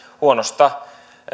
huonosta